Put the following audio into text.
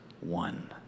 one